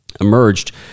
emerged